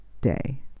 day